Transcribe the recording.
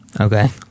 Okay